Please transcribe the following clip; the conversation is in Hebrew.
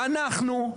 ואנחנו,